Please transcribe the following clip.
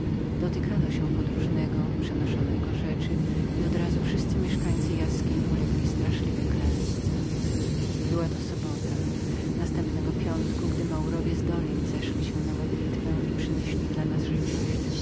dotykano się podróżnego przenoszono jego rzeczy i odrazu wszyscy mieszkańcy jaskiń ulegli straszliwej klęsce była to sobota następnego piątku gdy maurowie z dolin zeszli się na modlitwę i przynieśli dla nas żywność